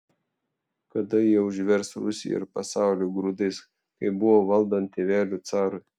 kada jie užvers rusiją ir pasaulį grūdais kaip buvo valdant tėveliui carui